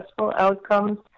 outcomes